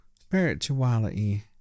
spirituality